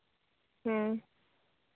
ᱦᱮᱸ